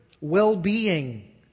well-being